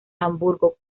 hamburgo